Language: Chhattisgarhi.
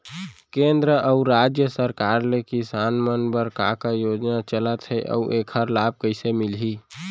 केंद्र अऊ राज्य सरकार ले किसान मन बर का का योजना चलत हे अऊ एखर लाभ कइसे मिलही?